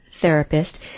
therapist